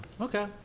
Okay